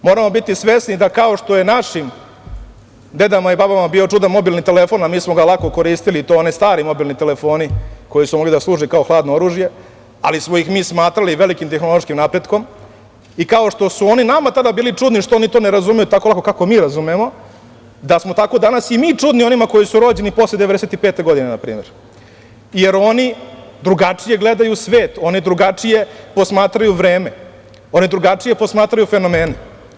Moramo biti svesni da, kao što je našim dedama i babama bio čudan mobilni telefon, a mi smo ga lako koristili, i to oni stari mobilni telefoni koji su mogli da služe kao hladno oružje, ali smo ih mi smatrali velikim tehnološkim napretkom, i kao što su oni nama tada bili čudni što oni to ne razumeju tako lako kako mi razumemo, da smo tako danas i mi čudni onima koji su rođeni posle 1995. godine, na primer, jer oni drugačije gledaju svet, oni drugačije posmatraju vreme, oni drugačije posmatraju fenomene.